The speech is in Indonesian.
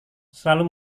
selalu